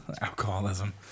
alcoholism